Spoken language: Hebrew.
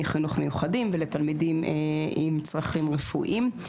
חינוך מיוחד ולתלמידים עם צרכים רפואיים.